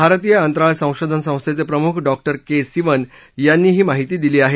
भारतीय अंतराळ संशोधन संस्थेचे प्रमुख डॉक्टर के सिवन यांनी ही माहिती दिली आहे